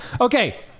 okay